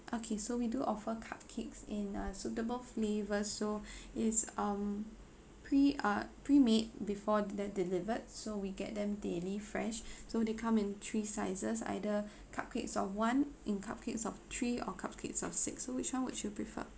okay so we do offer cupcakes in a suitable flavors so it's um pre~ uh pre-made before they delivered so we get them daily fresh so they come in three sizes either cupcakes of one in cupcakes of three or cupcakes of six so which one would you prefer